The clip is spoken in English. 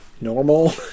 normal